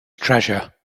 treasure